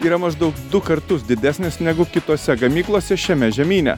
yra maždaug du kartus didesnės negu kitose gamyklose šiame žemyne